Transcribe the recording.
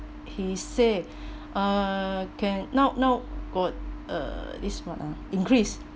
he say uh can now now got uh this what ah increase